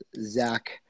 Zach